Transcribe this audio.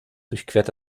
durchquert